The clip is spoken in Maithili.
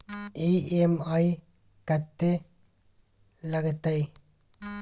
ई.एम.आई कत्ते लगतै?